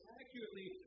accurately